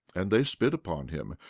and they spit upon him,